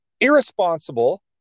irresponsible